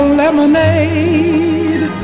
lemonade